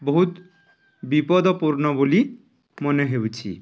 ବହୁତ ବିପଦପୂର୍ଣ୍ଣ ବୋଲି ମନେ ହେଉଛି